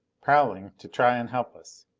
prowling, to try and help us,